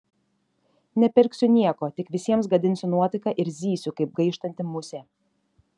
nepirksiu nieko tik visiems gadinsiu nuotaiką ir zysiu kaip gaištanti musė